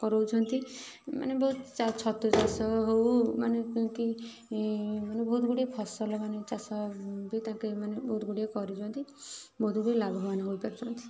କରାଉଛନ୍ତି ମାନେ ବହୁତ ଛତୁ ଚାଷ ହେଉ ମାନେ କି ବହୁତ ଗୁଡ଼ିଏ ଫସଲ ମାନେ ଚାଷ ବି ତାଙ୍କେ ମାନେ ବହୁତ ଗୁଡ଼ିଏ କରୁଛନ୍ତି ବହୁତ ଗୁଡ଼ିଏ ଲାଭବାନ୍ ହୋଇପାରୁଛନ୍ତି